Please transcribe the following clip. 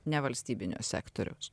nevalstybinio sektoriaus